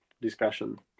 discussion